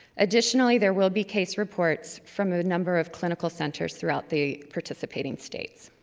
additionally, there will be case reports from a number of clinical centers throughout the participating states.